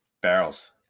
Barrels